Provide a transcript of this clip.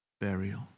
burial